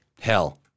hell